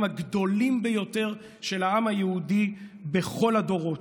הגדולים ביותר של העם היהודי בכל הדורות.